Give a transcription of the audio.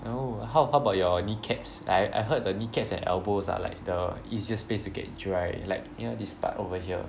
oh oh how about your kneecaps I I heard the kneecaps and elbows are like the easiest place to get dry like you know this part over here